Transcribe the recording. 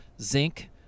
zinc